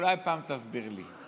אולי פעם תסביר לי.